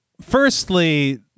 Firstly